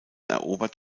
erobert